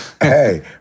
Hey